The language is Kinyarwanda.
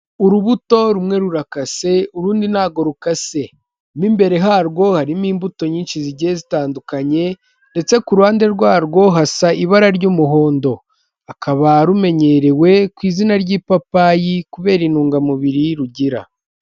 Urubuto rumwe rurakase urundi nagorukase, mo imbere yarwo harimo imbuto nyinshi zigiye zitandukanye ndetse ku ruhande rwarwo hasa ibara ry'umuhondo, rukaba rumenyerewe ku izinazina ry'ipapayi kubera intungamubiri rugira.